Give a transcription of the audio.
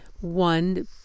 one